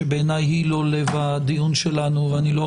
שבעיניי היא לא לב הדיון שלנו ואני לא